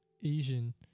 Asian